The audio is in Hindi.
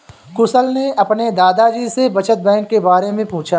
कुशल ने अपने दादा जी से बचत बैंक के बारे में पूछा